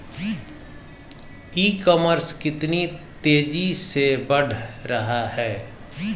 ई commerce कितनी तेजी से बढ़ रहा है?